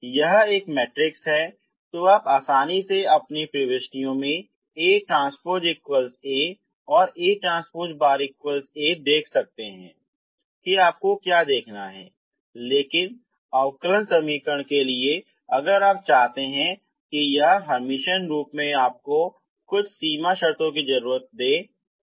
यदि यह एक मैट्रिक्स है आप आसानी से अपनी बस प्रविष्टियों ATA or ATA देख सकते हैं कि आपको क्या देखना है लेकिन अवकलन समीकरण के लिए अगर आप चाहते है कि यह हर्मिटियन रूप में आपको कुछ सीमा शर्तों की जरूरत है